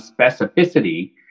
specificity